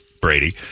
Brady